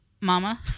mama